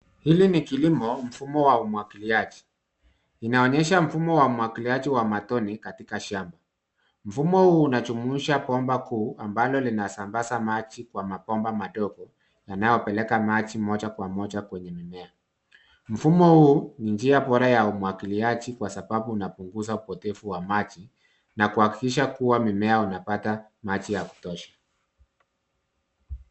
Hili ni kilimo mfumo wa umwagiliaji. Inaonyesha mfumo wa umwagiliaji wa matone katika shamba. Mfumo huu unajumuisha bomba kuu ambalo linasambaza maji kwa mabomba madogo, yanayopeleka maji moja kwa moja kwenye mimea. Mfumo huu ni njia bora ya umwagiliaji kwa sababu unapunguza upotevu wa maji na kuhakikisha kuwa mimea inapata maji ya kutosha.